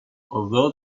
although